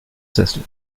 sessel